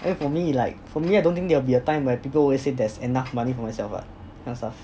for me it's like for me I don't think there will be a time where people always say there's enough money for myself what kind of stuff